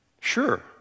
Sure